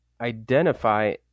identify